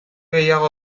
gehiago